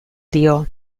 dio